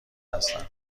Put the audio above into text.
هستم